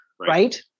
Right